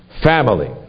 family